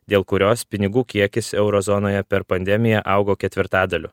dėl kurios pinigų kiekis euro zonoje per pandemiją augo ketvirtadaliu